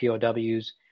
POWs